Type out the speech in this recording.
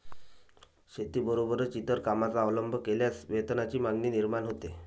शेतीबरोबरच इतर कामांचा अवलंब केल्यास वेतनाची मागणी निर्माण होते